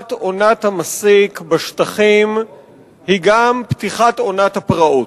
פתיחת עונת המסיק בשטחים היא גם פתיחת עונת הפרעות,